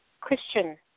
Christian